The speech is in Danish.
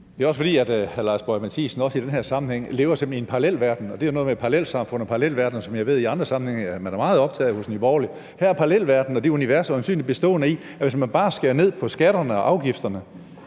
den her sammenhæng, simpelt hen lever i en parallelverden. Og der er noget med parallelsamfund og parallelverdener, som jeg ved at man i andre sammenhænge er meget optaget af hos Nye Borgerlige. Her er parallelverdenen og det univers øjensynligt bestående i, at hvis man bare skærer ned på skatterne og afgifterne